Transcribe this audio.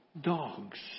dogs